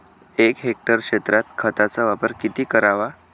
एक हेक्टर क्षेत्रात खताचा वापर किती करावा?